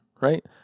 right